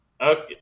Okay